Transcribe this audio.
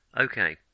Okay